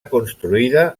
construïda